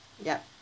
yup